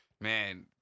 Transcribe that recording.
Man